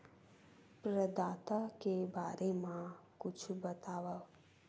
प्रदाता के बारे मा कुछु बतावव?